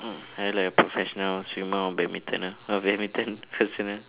are you like a professional swimmer or badminton ah uh badminton person ah